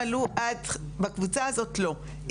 בקבוצה הזאת לא.